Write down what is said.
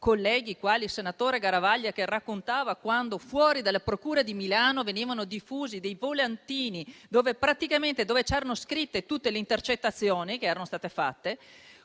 colleghi come il senatore Garavaglia che raccontavano quando fuori dalla procura di Milano venivano diffusi dei volantini su cui erano riportate tutte le intercettazioni che erano state fatte.